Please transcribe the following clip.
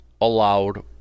allowed